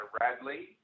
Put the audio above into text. Radley